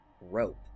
rope